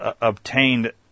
obtained